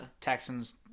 Texans